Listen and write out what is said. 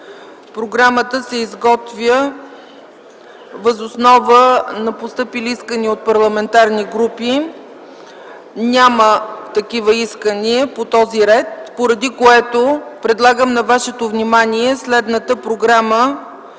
програмата се изготвя въз основа на постъпили искания от парламентарните групи. Няма такива искания по този ред, поради което предлагам на вашето внимание следната програма